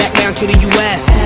and to to us